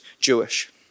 Jewish